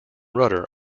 rudder